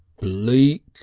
bleak